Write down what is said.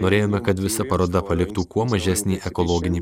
norėjome kad visa paroda paliktų kuo mažesnį ekologinį